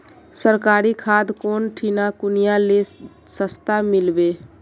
सरकारी खाद कौन ठिना कुनियाँ ले सस्ता मीलवे?